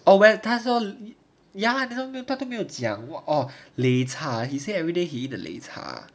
oh well 他说你 ya that's why 他都没有讲 what off 雷查 he say everyday he eat the 雷查